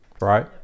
right